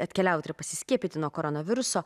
atkeliauti ir pasiskiepyti nuo koronaviruso